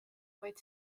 vaid